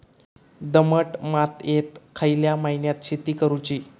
दमट मातयेत खयल्या महिन्यात शेती करुची?